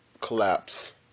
collapse